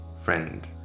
friend